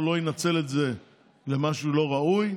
הוא לא ינצל את זה למשהו לא ראוי.